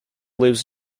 lives